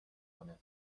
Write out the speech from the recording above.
کنه